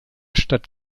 stadt